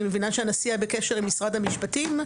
אני מבינה שהנשיא היה בקשר עם משרד המשפטים.